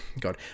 god